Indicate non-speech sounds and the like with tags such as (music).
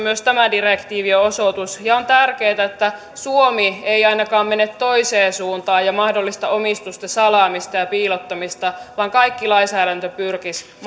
(unintelligible) myös tämä direktiivi on osoitus ja on tärkeätä että suomi ei ainakaan mene toiseen suuntaan ja mahdollista omistusten salaamista ja piilottamista vaan kaikki lainsäädäntö pyrkisi